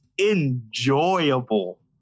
enjoyable